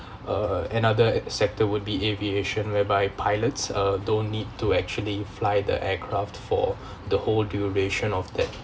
uh another sector would be aviation whereby pilots uh don't need to actually fly the aircraft for the whole duration of that